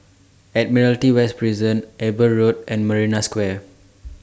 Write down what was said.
Admiralty West Prison Eber Road and Marina Square